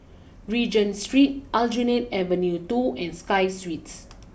Regent Street Aljunied Avenue two and Sky Suites